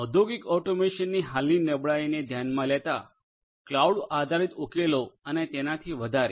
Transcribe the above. ઔદ્યોગિક ઓટોમેશનની હાલની નબળાઇઓની ધ્યાનમાં લેતા ક્લાઉડ આધારિત ઉકેલો અને તેનાથી વધારે